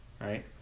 right